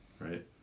right